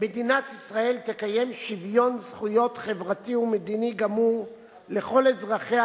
"מדינת ישראל תקיים שוויון זכויות חברתי ומדיני גמור לכל אזרחיה,